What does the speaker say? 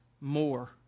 more